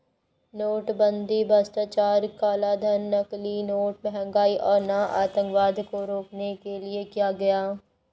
नोटबंदी भ्रष्टाचार, कालाधन, नकली नोट, महंगाई और आतंकवाद को रोकने के लिए किया गया